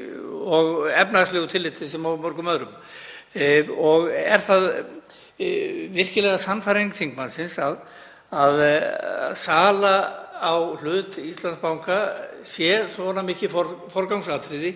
í efnahagslegu tilliti sem og mörgum öðrum. Er það virkilega sannfæring þingmannsins að sala á hlut í Íslandsbanka sé svo mikið forgangsatriði